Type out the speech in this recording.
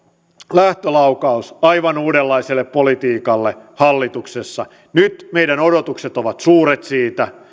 lähtölaukaus aivan uudenlaiselle politiikalle hallituksessa nyt meidän odotuksemme ovat suuret siitä